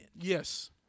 Yes